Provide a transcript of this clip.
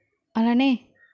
అలానే